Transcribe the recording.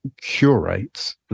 curates